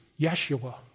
Yeshua